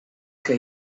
que